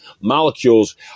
molecules